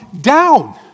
down